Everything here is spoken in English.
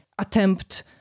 attempt